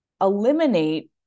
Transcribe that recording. eliminate